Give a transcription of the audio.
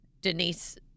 Denise